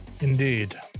Indeed